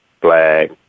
black